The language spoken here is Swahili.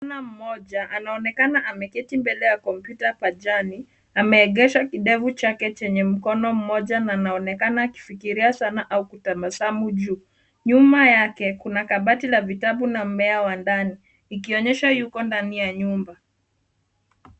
Mvulana mmoja anaonekana ameketi mbele ya kompyuta pajani. Ameegesha kidevu chake chenye mkono mmoja na anaonekana akifikiria sana au kutabasamu juu. Nyuma yake, kuna kabati la vitabu na mmea wa ndani, ikionyesha yuko ndani ya nyumba.